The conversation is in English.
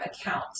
account